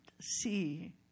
see